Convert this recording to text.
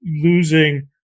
losing